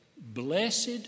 Blessed